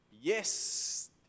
Yes